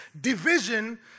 division